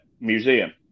museum